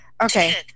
Okay